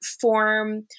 form